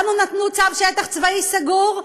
לנו נתנו צו "שטח צבאי סגור",